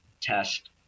test